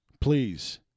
please